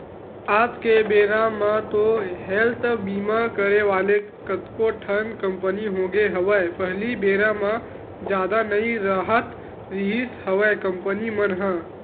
आज के बेरा म तो हेल्थ बीमा करे वाले कतको ठन कंपनी होगे हवय पहिली बेरा म जादा नई राहत रिहिस हवय कंपनी मन ह